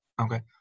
okay